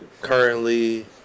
currently